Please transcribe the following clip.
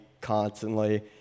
constantly